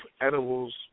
edibles